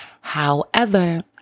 however-